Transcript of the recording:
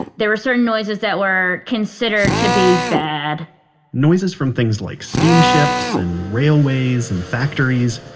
there were certain noises that were considered to be bad noises from things like steamships and railways and factories.